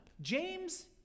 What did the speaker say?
James